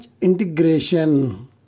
integration